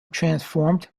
transformed